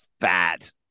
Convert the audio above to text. fat